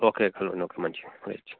okay okay మంచిది right